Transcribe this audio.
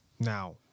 Now